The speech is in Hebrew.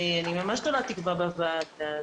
אני ממש תולה תקווה בוועדה הזו.